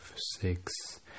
Six